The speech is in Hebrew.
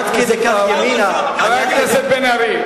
מה עם הסוויטה?